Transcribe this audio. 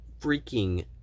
freaking